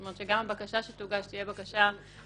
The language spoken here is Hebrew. זאת אומרת שגם הבקשה שתוגש תהיה בקשה פשוטה,